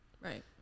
right